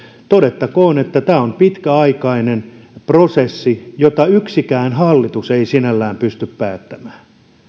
että tämä on pitkäaikainen prosessi jota yksikään hallitus ei sinällään pysty päättämään